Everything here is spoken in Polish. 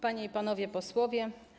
Panie i Panowie Posłowie!